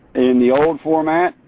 in the old format,